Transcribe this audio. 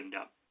up